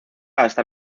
hasta